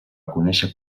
conèixer